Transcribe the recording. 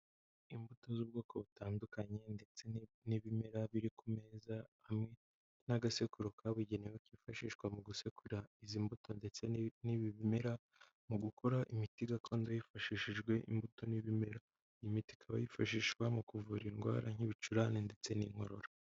Imbuto z'ubwoko butandukanye ndetse n'ibimera biri ku meza hamwe, n'agasekuru kabugenewe; kifashishwa mu gusekura izi mbuto ndetse n'ibi bimera mu gukora imiti gakondo hifashishijwe imbuto n'ibimera, imiti ikaba yifashishwa mu kuvura indwara nk'ibicurane ndetse n'inkorora.